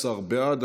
19 בעד.